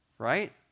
right